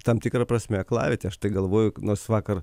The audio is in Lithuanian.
tam tikra prasme aklavietė aš tai galvoju nors vakar